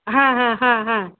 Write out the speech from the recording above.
হ্যাঁ হ্যাঁ হ্যাঁ হ্যাঁ